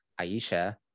Aisha